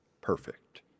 perfect